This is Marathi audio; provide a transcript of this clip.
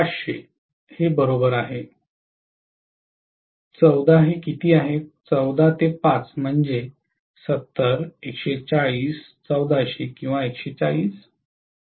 1400 किंवा 140